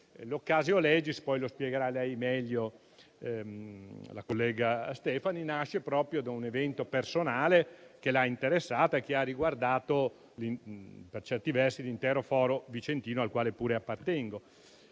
L'*occasio legis*, come poi spiegherà meglio la collega Stefani, nasce proprio da un evento personale che l'ha interessata, che ha riguardato per certi versi l'intero Foro vicentino, al quale io pure appartengo.